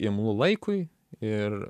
imlu laikui ir